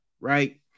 right